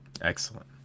excellent